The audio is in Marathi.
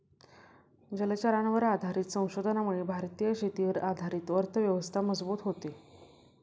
जलचरांवर आधारित संशोधनामुळे भारतीय शेतीवर आधारित अर्थव्यवस्था मजबूत होते